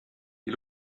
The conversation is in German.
die